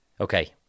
Okay